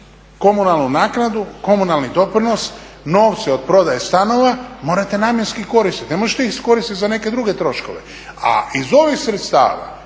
komunalnu naknadu, komunalni doprinos, novce od prodaje stanova morate namjenski koristiti. Ne možete ih iskoristiti za neke druge troškove. A iz ovih sredstava